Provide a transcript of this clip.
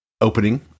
opening